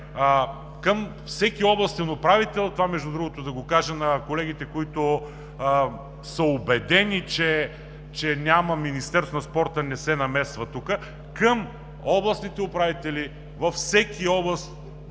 Към всеки областен управител – това, между другото, да го кажа на колегите, които са убедени, че Министерството на спорта не се намесва тук, към областните управители във всяка областна